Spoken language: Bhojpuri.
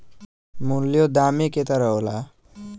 मूल्यों दामे क तरह होला